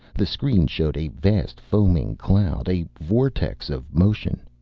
the screen showed a vast foaming cloud, a vortex of motion.